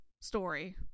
story